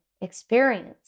experience